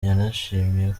yanashimye